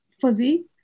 fuzzy